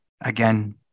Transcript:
again